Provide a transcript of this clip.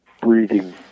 breathing